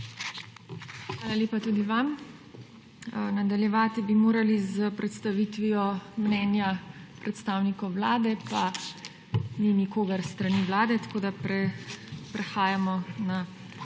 Hvala lepa tudi vam. Nadaljevati bi morali s predstavitvijo mnenja predstavnikov Vlade, pa ni nikogar s strani Vlade, tako da prehajamo na predstavitev